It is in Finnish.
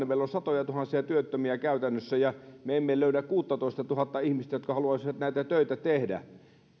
meillä on käytännössä satojatuhansia työttömiä ja me emme löydä kuuttatoistatuhatta ihmistä jotka haluaisivat näitä töitä tehdä